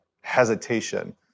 hesitation